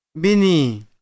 Bini